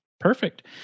perfect